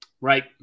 right